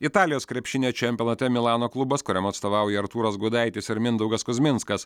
italijos krepšinio čempionate milano klubas kuriam atstovauja artūras gudaitis ir mindaugas kuzminskas